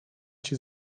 cię